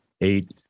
eight